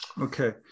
Okay